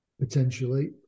potentially